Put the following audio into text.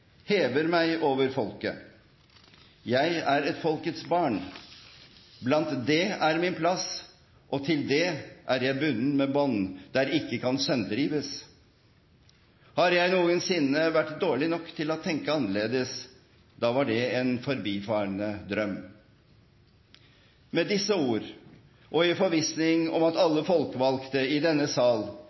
over folket. Jeg er et folkets barn; blant det er min plads og til det er jeg bunden med bånd, der ikke kan sønderrives. Har jeg nogensinde været dårlig nok til at tænke annerledes, da var det en forbifarende drøm.» Med disse ord, og i forvissning om at alle folkevalgte i denne sal